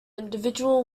individual